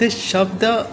ते शब्द